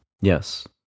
Yes